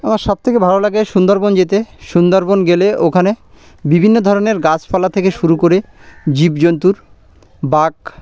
আমার সব থেকে ভালো লাগে সুন্দরবন যেতে সুন্দরবন গেলে ওখানে বিভিন্ন ধরনের গাছপালা থেকে শুরু করে জীবজন্তুর বাঘ